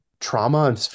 trauma